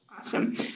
Awesome